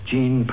Jean